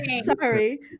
sorry